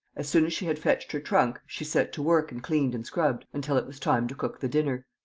as soon as she had fetched her trunk, she set to work and cleaned and scrubbed until it was time to cook the dinner.